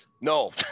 No